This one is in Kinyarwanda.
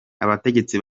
abategetsi